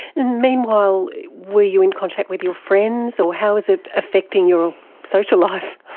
and meanwhile were you in contact with your friends? so how was it affecting your social life?